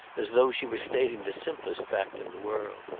as though she were stating the simplest fact in the world.